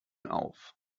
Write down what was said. auf